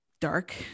dark